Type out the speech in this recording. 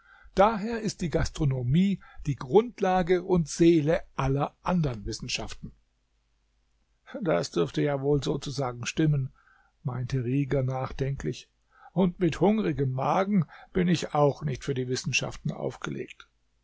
daher ist die gastronomie die grundlage und seele aller andern wissenschaften das dürfte ja wohl sozusagen stimmen meinte rieger nachdenklich und mit hungrigem magen bin ich auch nicht für die wissenschaften aufgelegt